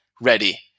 ready